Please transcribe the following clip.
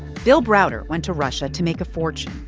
bill browder went to russia to make a fortune,